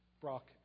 Brock